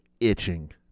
itching